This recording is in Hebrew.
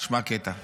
תשמע קטע.